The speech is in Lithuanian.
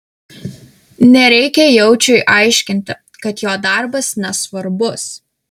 nereikia jaučiui aiškinti kad jo darbas nesvarbus